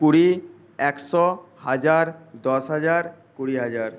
কুড়ি একশো হাজার দশ হাজার কুড়ি হাজার